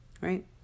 right